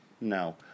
No